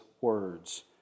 words